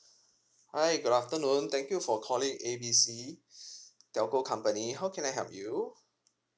hi good afternoon thank you for calling A B C telco company how can I help you